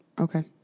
Okay